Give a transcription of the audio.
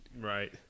Right